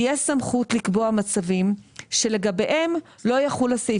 תהיה סמכות לקבוע מצבים שלגביהם לא יחול הסעיף.